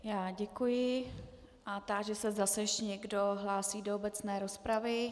Já děkuji a táži se, zda se ještě někdo hlásí do obecné rozpravy.